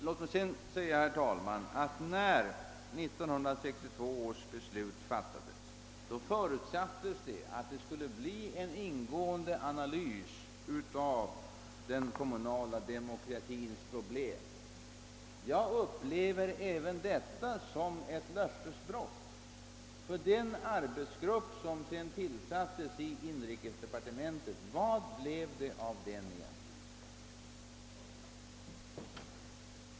Låt mig sedan, herr talman, säga, att när 1962 års beslut fattades förutsattes det, att det skulle bli en ingående analys av den kommunala demokratins problem. Jag upplever även det som skedde med den arbetsgrupp som sedan tillsattes i inrikesdepartementet som ett löftesbrott. Vad blev det nämligen av den egentligen?